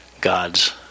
God's